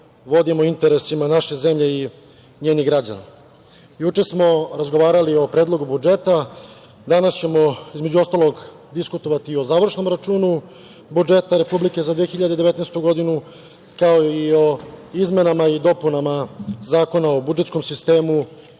vodimo interesima naše zemlje i njenih građana. Juče smo razgovarali o Predlogu budžeta, danas ćemo između ostalog diskutovati i o završnom računu budžeta republike za 2019. godinu, kao i o izmenama i dopunama Zakona o budžetskom sistemu